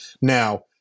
Now